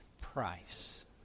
Price